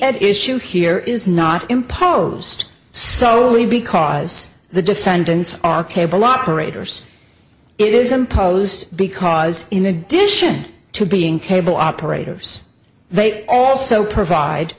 at issue here is not imposed so really because the defendants are cable operators it is imposed because in addition to being cable operators they also provide